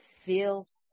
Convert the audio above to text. feels